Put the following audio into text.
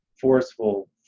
forceful